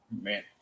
man